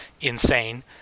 insane